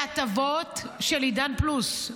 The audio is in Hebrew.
מה חיוני בהטבות של עידן פלוס?